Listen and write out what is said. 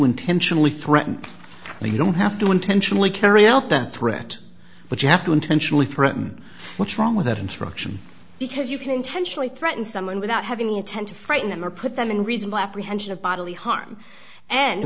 intentionally threaten they don't have to intentionally carry out that threat but you have to intentionally threaten what's wrong with that instruction because you can intentionally threaten someone without having intent to frighten them or put them in reasonable apprehension of bodily harm and